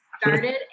started